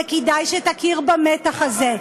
וכדאי שתכיר במתח הזה,